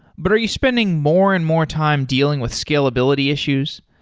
but are you spending more and more time dealing with scalability issues?